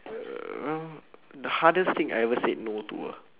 uh the hardest thing I have ever said no to ah